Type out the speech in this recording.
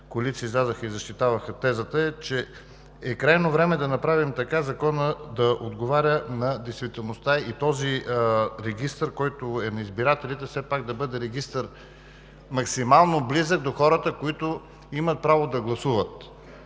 коалиция излязоха и защитаваха тезата, казаха, че е крайно време да направим така, че Законът да отговоря на действителността и този регистър, който е на избирателите, все пак да бъде регистър – максимално близък до хората, които имат право да гласуват,